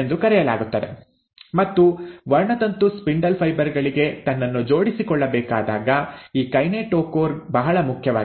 ಎಂದು ಕರೆಯಲಾಗುತ್ತದೆ ಮತ್ತು ವರ್ಣತಂತು ಸ್ಪಿಂಡಲ್ ಫೈಬರ್ ಗಳಿಗೆ ತನ್ನನ್ನು ಜೋಡಿಸಿಕೊಳ್ಳಬೇಕಾದಾಗ ಈ ಕೈನೆಟೋಕೋರ್ ಬಹಳ ಮುಖ್ಯವಾಗಿದೆ